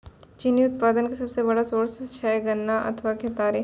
चीनी उत्पादन के सबसो बड़ो सोर्स छै गन्ना अथवा केतारी